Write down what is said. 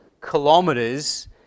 kilometers